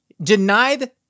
denied